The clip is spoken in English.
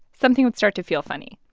something would start to feel funny.